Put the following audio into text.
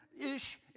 ish